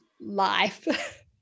life